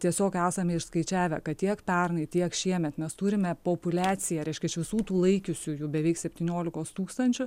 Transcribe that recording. tiesiog esame išskaičiavę kad tiek pernai tiek šiemet mes turime populiaciją reiškia iš visų tų laikiusiųjų beveik septyniolikos tūkstančių